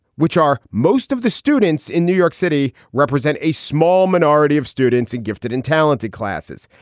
which are most of the students in new york city represent a small minority of students in gifted and talented classes.